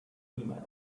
email